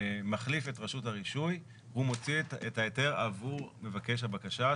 מחליף את רשות הרישוי והוא מוציא את ההיתר עבור מבקש הבקשה,